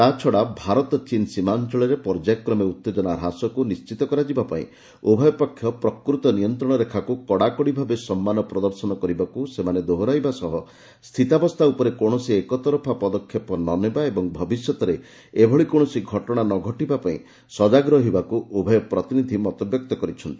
ତା ଛଡ଼ା ଭାରତ ଚୀନ୍ ସୀମା ଅଞ୍ଚଳରେ ପର୍ଯ୍ୟାୟ କ୍ରମେ ଉତ୍ତେଜନା ହ୍ରାସକୁ ନିଶ୍ଚିତ କରାଯିବା ପାଇଁ ଉଭୟ ପକ୍ଷ ପ୍ରକୂତ ନିୟନ୍ତ୍ରଣ ରେଖାକୁ କଡ଼ାକଡ଼ି ଭାବେ ସମ୍ମାନ ପ୍ରଦର୍ଶନ କରିବାକୁ ସେମାନେ ଦୋହରାଇବା ସହ ସ୍ଥିତାବସ୍ଥା ଉପରେ କୌଣସି ଏକତରଫା ପଦକ୍ଷେପ ନ ନେବା ଓ ଭବିଷ୍ୟତରେ ଏଭଳି କୌଣସି ଘଟଣା ନ ଘଟିବା ପାଇଁ ସଜ୍ଜାଗ ରହିବାକୁ ଉଭୟ ପ୍ରତିନିଧି ମତବ୍ୟକ୍ତ କରିଛନ୍ତି